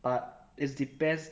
but it depends